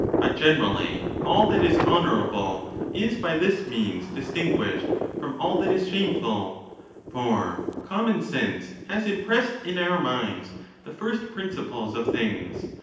but generally all that is honourable is by this means distinguished from all that is shameful for common sense has impressed in our minds the first principles of things,